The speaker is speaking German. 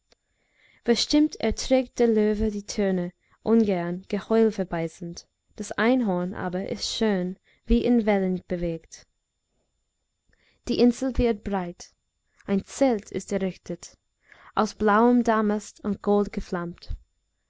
verstimmt erträgt der löwe die töne ungern geheul verbeißend das einhorn aber ist schön wie in wellen bewegt die insel wird breit ein zelt ist errichtet aus blauem damast und